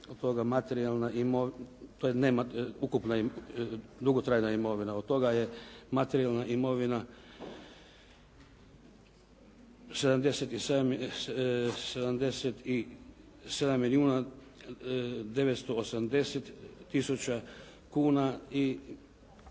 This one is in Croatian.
157 milijuna 462 tisuće. To je dugotrajna imovina, od toga je materijalna imovina 77 milijuna 980 tisuća kuna i